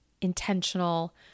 intentional